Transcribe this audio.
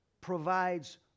provides